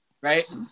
right